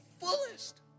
fullest